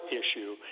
issue